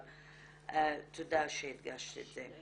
אבל תודה שהדגשת את זה.